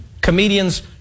Comedians